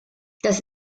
das